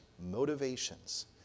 motivations